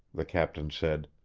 the captain said.